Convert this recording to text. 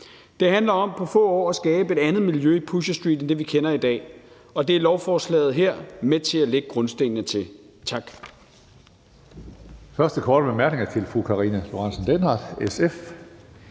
Det handler om på få år at skabe et andet miljø i Pusher Street end det, vi kender i dag, og det er lovforslaget her med til at lægge grundstenen til. Tak.